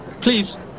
Please